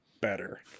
better